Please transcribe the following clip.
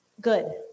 Good